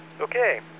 Okay